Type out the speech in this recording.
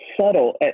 subtle